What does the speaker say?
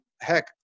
heck